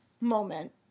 moment